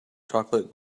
chocolate